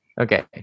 Okay